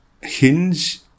Hinge